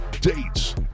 dates